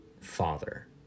father